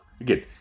again